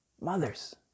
mothers